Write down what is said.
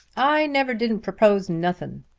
i never didn't propose nothin'.